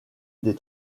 des